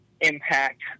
impact